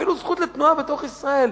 אפילו זכות לתנועה בתוך ישראל,